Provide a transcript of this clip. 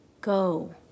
go